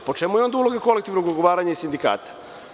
Po čemu je onda uloga kolektivnog ugovaranja i sindikata?